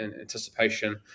anticipation